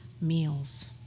meals